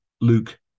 Luke